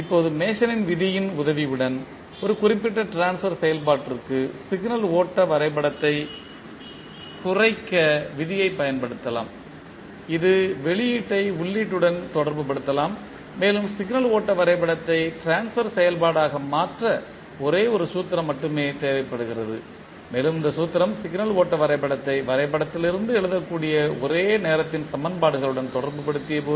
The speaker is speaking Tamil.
இப்போது மேசனின் விதியின் உதவியுடன் ஒரு குறிப்பிட்ட ட்ரான்ஸ்பர் செயல்பாட்டிற்கு சிக்னல் ஓட்ட வரைபடத்தை குறைக்க விதியைப் பயன்படுத்தலாம் இது வெளியீட்டை உள்ளீட்டுடன் தொடர்புபடுத்தலாம் மேலும் சிக்னல் ஓட்ட வரைபடத்தை ட்ரான்ஸ்பர் செயல்பாடாக மாற்ற ஒரே ஒரு சூத்திரம் மட்டுமே தேவைப்படுகிறது மேலும் இந்த சூத்திரம் சிக்னல் ஓட்ட வரைபடத்தை வரைபடத்திலிருந்து எழுதக்கூடிய ஒரே நேரத்தின் சமன்பாடுகளுடன் தொடர்புபடுத்தியபோது